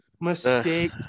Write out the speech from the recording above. mistake